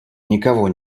никого